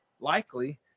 likely